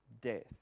death